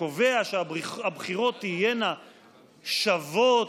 שקובע שהבחירות תהיינה שוות,